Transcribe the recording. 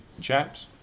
chaps